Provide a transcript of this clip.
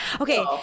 okay